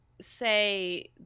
say